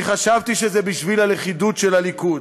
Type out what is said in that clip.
כי חשבתי שזה בשביל הלכידות של הליכוד,